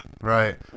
right